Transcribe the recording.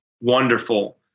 wonderful